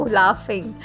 laughing